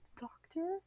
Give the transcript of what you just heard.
Doctor